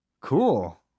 Cool